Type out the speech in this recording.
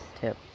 tip